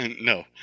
No